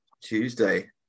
Tuesday